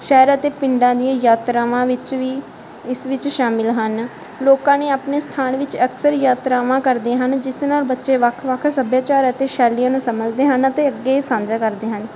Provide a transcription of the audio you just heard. ਸ਼ਹਿਰ ਅਤੇ ਪਿੰਡਾਂ ਦੀਆਂ ਯਾਤਰਾਵਾਂ ਵਿੱਚ ਵੀ ਇਸ ਵਿੱਚ ਸ਼ਾਮਲ ਹਨ ਲੋਕਾਂ ਨੇ ਆਪਣੇ ਸਥਾਨ ਵਿੱਚ ਅਕਸਰ ਯਾਤਰਾਵਾਂ ਕਰਦੇ ਹਨ ਜਿਸ ਨਾਲ ਬੱਚੇ ਵੱਖ ਵੱਖ ਸੱਭਿਆਚਾਰ ਅਤੇ ਸ਼ੈਲੀਆਂ ਨੂੰ ਸਮਝਦੇ ਹਨ ਅਤੇ ਅੱਗੇ ਸਾਂਝਾ ਕਰਦੇ ਹਨ